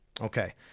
Okay